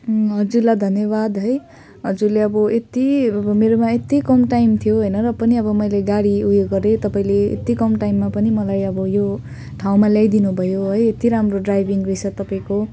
हजुरलाई धन्यवाद है हजुरले अब यत्ति अब मेरोमा यत्ति कम टाइम थियो होइन र पनि मैले गाडी उयो गरेँ तपाईँले यत्ति कम टाइममा पनि मलाई अब यो ठाउँमा ल्याइदिनु भयो है यति राम्रो ड्राइभिङ रहेछ तपाईँको